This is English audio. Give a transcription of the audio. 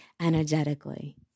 energetically